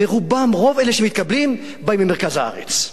ורובם, רוב אלה שמתקבלים, באים ממרכז הארץ.